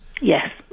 Yes